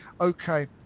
Okay